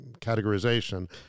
categorization